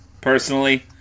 Personally